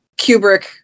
Kubrick